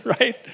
right